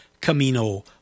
Camino